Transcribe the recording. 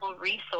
resource